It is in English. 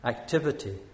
Activity